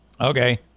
Okay